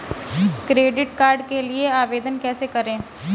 Credit card के लिए आवेदन कैसे करें?